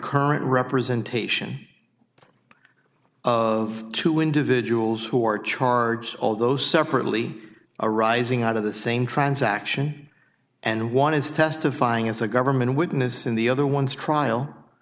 representation of two individuals who are charged although separately arising out of the same transaction and one is testifying as a government witness in the other one's trial